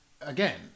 Again